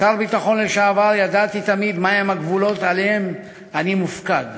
כשר ביטחון לשעבר ידעתי תמיד מה הם הגבולות שעליהם אני מופקד